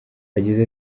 yagize